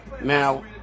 now